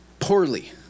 Poorly